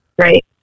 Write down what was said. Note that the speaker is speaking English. Right